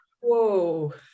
Whoa